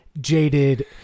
jaded